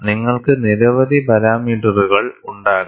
നിങ്ങൾക്ക് നിരവധി പാരാമീറ്ററുകൾ ഉണ്ടാകാം